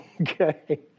okay